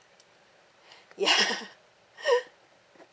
ya